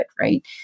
right